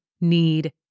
need